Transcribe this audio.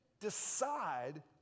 decide